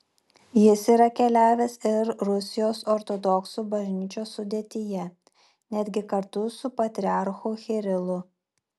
jis yra keliavęs ir rusijos ortodoksų bažnyčios sudėtyje netgi kartu su patriarchu kirilu